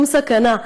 והוא לא בשום סכנה.